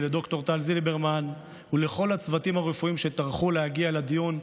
לד"ר טל זילברמן ולכל הצוותים הרפואיים שטרחו להגיע לדיון,